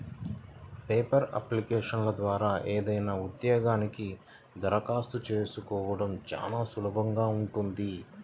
paper అప్లికేషన్ల ద్వారా ఏదైనా ఉద్యోగానికి దరఖాస్తు చేసుకోడం చానా సులభంగా ఉంటది